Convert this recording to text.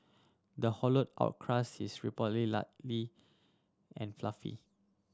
the hollowed out crust is reportedly lightly and fluffy